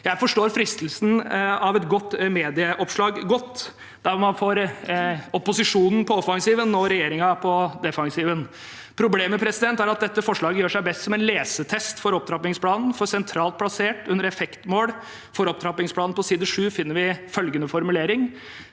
Jeg forstår godt fristelsen av et godt medieoppslag der man får opposisjonen på offensiven og regjeringen på defensiven. Problemet er at dette forslaget gjør seg best som en lesetest for opptrappingsplanen, for sentralt plassert under resultatmål for opptrappingsplanen, på side sju, finner vi følgende formulering: